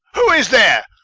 who is there?